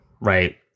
Right